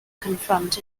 confront